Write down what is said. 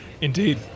Indeed